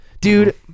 Dude